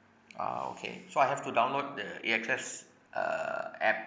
ah okay so I have to download the A_X_S uh app